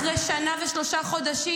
אחרי שנה ושלושה חודשים,